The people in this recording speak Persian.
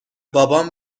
بابام